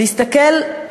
להסתכל,